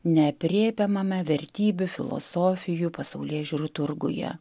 neaprėpiamame vertybių filosofijų pasaulėžiūrų turguje